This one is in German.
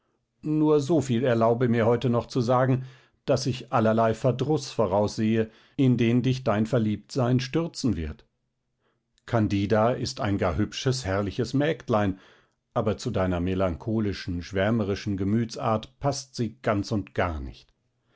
nur so viel erlaube mir heute noch zu sagen daß ich allerlei verdruß voraussehe in den dich dein verliebtsein stürzen wird candida ist ein gar hübsches herrliches mägdlein aber zu deiner melancholischen schwärmerischen gemütsart paßt sie ganz und gar nicht